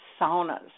saunas